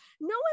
No